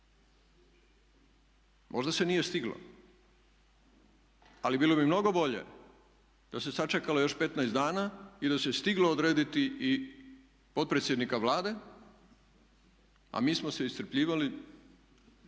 možda se nije stiglo, ali bilo bi mnogo bolje da se sačekalo još 15 dana i da se stiglo odrediti i potpredsjednika Vlade a mi smo se iscrpljivali